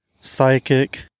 psychic